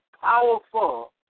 powerful